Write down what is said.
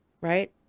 Right